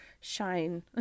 shine